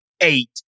eight